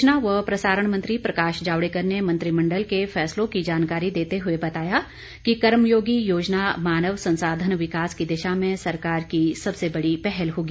सूचना व प्रसारण मंत्री प्रकाश जावडेकर ने मंत्रिमंडल के फैसलों की जानकारी देते हुए बताया कि कर्मयोगी योजना मानव संसाधन विकास की दिशा में सरकार की सबसे बड़ी पहल होगी